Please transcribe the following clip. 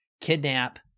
kidnap